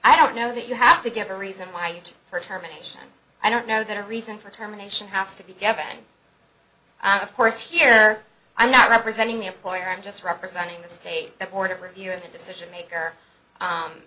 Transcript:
i don't know that you have to give a reason why her terminations i don't know that a reason for terminations has to be given out of course here i'm not representing the employer i'm just representing the state the board of review of the decision maker